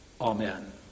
Amen